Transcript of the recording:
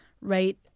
right